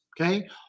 Okay